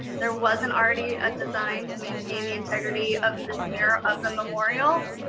there wasn't already a design to maintain the integrity of this mirror of the memorial.